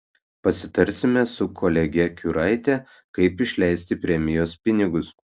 pasitarsime su kolege kiuraite kaip išleisti premijos pinigus